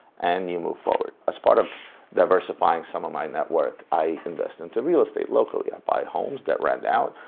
and you move forward. as part of diversifying some of my net worth, i invest into real estate, locally. i buy homes that i rent out,